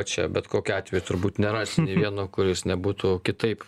čia bet kokiu atveju turbūt nerasi nė vieno kuris nebūtų kitaip